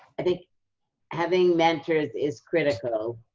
i think having mentors is critical.